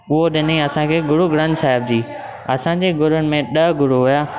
उहो ॾिनईं असां खे गुरु ग्रंथ साहिब जी असां जे गुरुनि में ॾह गुरु हुआ